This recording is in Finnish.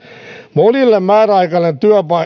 monille määräaikainen